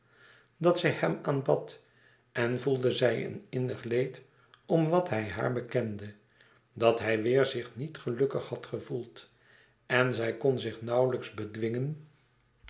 dat zij hem aanbad en voelde zij een innig leed om wat hij haar bekende dat hij weêr zich niet gelukkig had gevoeld en zij kon zich nauwlijks bedwingen